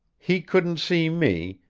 he couldn't see me,